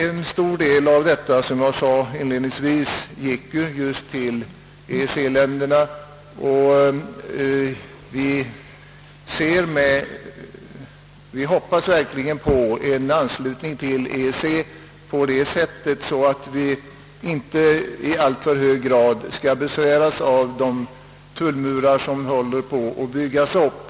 En stor del härav gick, som jag sade inledningsvis, just till EEC-länderna, och vi hoppas verkligen på anslutning till EEC, så att vi inte i alltför hög grad skall besväras av de tullmurar som håller på att byggas upp.